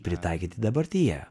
pritaikyti dabartyje